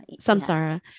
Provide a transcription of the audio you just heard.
Samsara